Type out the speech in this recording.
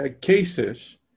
cases